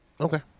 Okay